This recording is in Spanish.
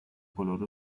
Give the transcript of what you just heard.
color